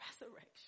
resurrection